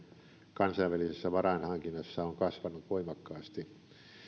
kansainvälisessä varainhankinnassa on kasvanut voimakkaasti